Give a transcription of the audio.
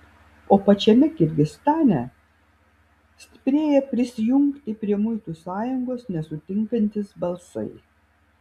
o pačiame kirgizstane stiprėja prisijungti prie muitų sąjungos nesutinkantys balsai